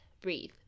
breathe